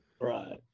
right